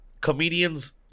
comedians